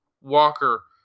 Walker